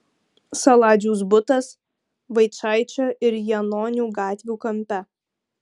saladžiaus butas vaičaičio ir janonių gatvių kampe